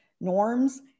norms